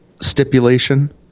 stipulation